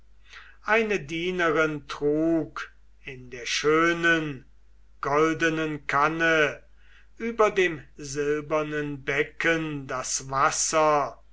eine dienerin trug in der schönen goldenen kanne über dem silbernen becken das wasser